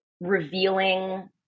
revealing